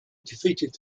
defeated